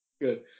Good